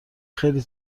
خیلی